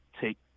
take